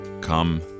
come